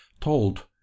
told